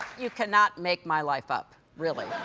you cannot make my life up, really.